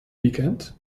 weekend